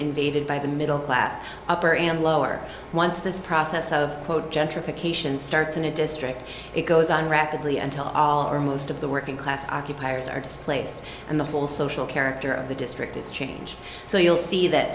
invaded by the middle class upper and lower once this process of quote gentrification starts in a district it goes on rapidly until all or most of the working class occupiers are displaced and the whole social character of the district is change so you'll see that